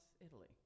Italy